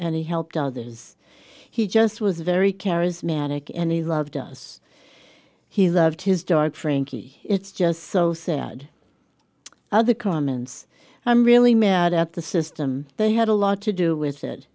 and he helped others he just was very charismatic and he loved us he loved his dog frankie it's just so sad other commons i'm really mad at the system they had a lot to do with